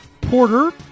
Porter